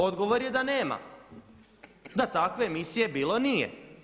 Odgovor je da nema, da takve emisije bilo nije.